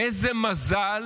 איזה מזל